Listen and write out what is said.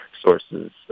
sources